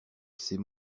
ces